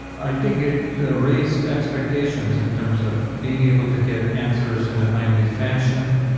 i think it raised expectations in terms of being able to get answers in a timely fashion,